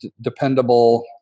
dependable